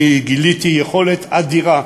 אני גיליתי יכולת עבודה אדירה.